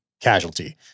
casualty